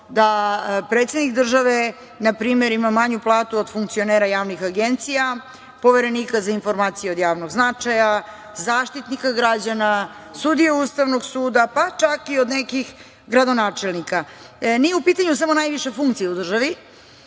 da predsednik države, na primer, ima manju platu od funkcionera javnih agencija, Poverenika za informacije od javnog značaja, Zaštitnika građana, sudije Ustavnog suda, pa čak i od nekih gradonačelnika. Nije u pitanju samo najviša funkcija u državi,